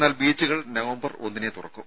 എന്നാൽ ബീച്ചുകൾ നവംബർ ഒന്നിനേ തുറക്കൂ